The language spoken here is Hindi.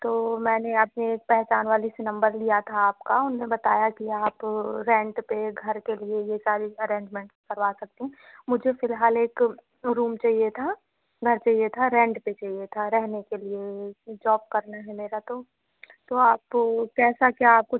तो मैंने आपके एक पहचान वाले से नंबर लिया था आपका उन्होंने बताया कि आप रेंट पर घर के लिए ये सारी अरेंजमेंट करवा सकते हैं मुझे फ़िलहाल एक रूम चाहिए था घर चाहिए था रेंट पर चाहिए था रहने के लिए जॉब करना है मेरा तो तो आप कैसा क्या कुछ